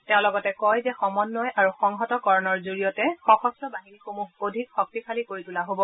তেওঁ লগতে কয় যে সমন্নয় আৰু সংহত কৰণৰ জৰিয়তে সশস্ত্ৰ বাহিনীসমূহ অধিক শক্তিশালী কৰি তোলা হব